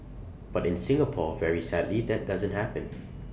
but in Singapore very sadly that doesn't happen